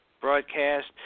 broadcast